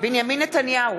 בנימין נתניהו,